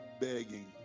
begging